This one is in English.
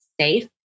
safe